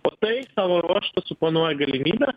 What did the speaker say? o tai savo ruožtu suponuoja galimybę